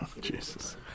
jesus